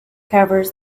covers